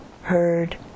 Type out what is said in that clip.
heard